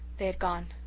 they had gone.